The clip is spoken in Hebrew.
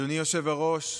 אדוני היושב-ראש,